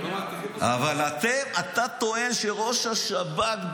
אבל אתה טוען שראש השב"כ,